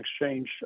exchange